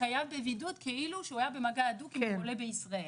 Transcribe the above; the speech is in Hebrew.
חייב בבידוד כאילו שהוא היה במגע הדוק עם חולה בישראל.